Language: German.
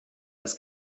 das